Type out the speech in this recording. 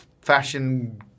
fashion